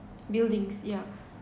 buildings yeah